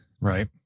Right